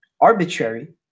arbitrary